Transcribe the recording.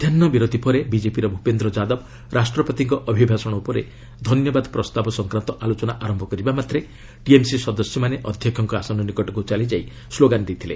ମଧ୍ୟାହୁ ବିରତି ପରେ ବିଜେପିର ଭୁପେନ୍ଦ୍ର ଯାଦବ ରାଷ୍ଟ୍ରପତିଙ୍କ ଅଭିଭାଷଣ ଉପରେ ଧନ୍ୟବାଦ ପ୍ରସ୍ତାବ ସଂକ୍ରାନ୍ତ ଆଲୋଚନା ଆରମ୍ଭ କରିବାମାତ୍ରେ ଟିଏମ୍ସି ସଦସ୍ୟମାନେ ଅଧ୍ୟକ୍ଷକଙ୍କ ଆସନ ନିକଟକୁ ଚାଲିଯାଇ ସ୍କୋଗାନ ଦେଇଥିଲେ